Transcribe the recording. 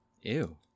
Ew